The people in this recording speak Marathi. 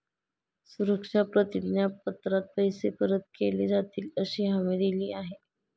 सुरक्षा प्रतिज्ञा पत्रात पैसे परत केले जातीलअशी हमी दिली आहे